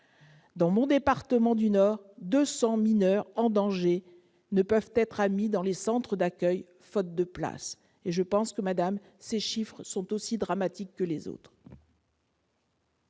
dans mon département du Nord, où 200 mineurs en danger ne peuvent être admis dans les centres d'accueil. Madame la garde des sceaux, ces chiffres sont aussi dramatiques que les autres